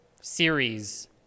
series